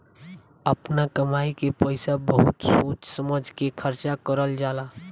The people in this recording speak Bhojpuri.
आपना कमाई के पईसा बहुत सोच समझ के खर्चा करल जाला